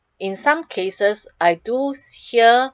in some cases I do hear